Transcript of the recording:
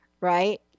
Right